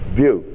view